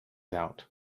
out